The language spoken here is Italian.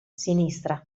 sinistra